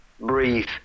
breathe